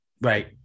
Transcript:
Right